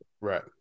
right